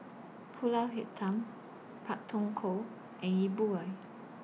Pulut Hitam Pak Thong Ko and Yi Bua